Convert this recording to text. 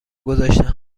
گذاشتم